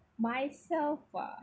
myself ah